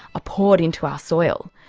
poured into our soil.